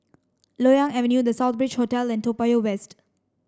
Loyang Avenue the Southbridge Hotel and Toa Payoh West